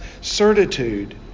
certitude